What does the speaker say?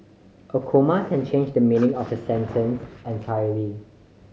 a comma can change the meaning of a sentence entirely